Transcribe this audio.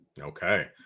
Okay